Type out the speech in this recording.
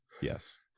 Yes